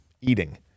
eating